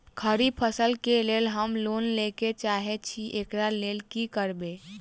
खरीफ फसल केँ लेल हम लोन लैके चाहै छी एकरा लेल की करबै?